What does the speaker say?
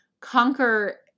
conquer